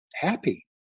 happy